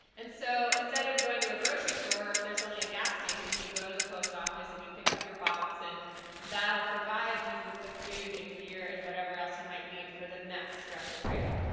and so instead of going to a grocery store or if there's only a gas station you go to the post-office and you pick up your box and that will provide you with the food and gear and whatever else you might need for the next stretch of trail.